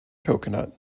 coconut